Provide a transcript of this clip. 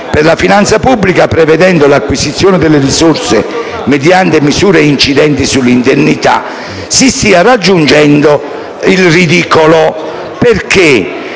per la finanza pubblica, prevedendo l'acquisizione delle risorse mediante misure incidenti sull'indennità» si raggiunga il ridicolo.